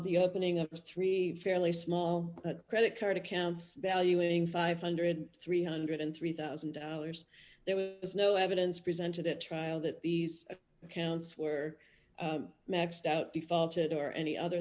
the opening up of three fairly small credit card accounts valuing five million three hundred and three thousand dollars there is no evidence presented at trial that these accounts were maxed out defaulted or any other